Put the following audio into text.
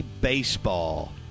baseball